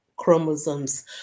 Chromosomes